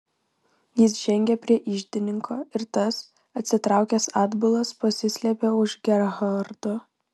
jis žengė prie iždininko ir tas atsitraukęs atbulas pasislėpė už gerhardo